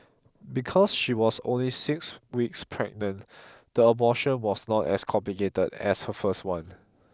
because she was only six weeks pregnant the abortion was not as complicated as her first one